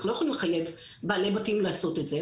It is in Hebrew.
אנחנו לא יכולים לחייב בבעלי בתים לעשות את זה,